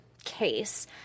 Case